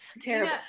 terrible